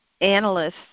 analysts